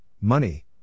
Money